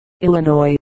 Illinois